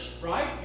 right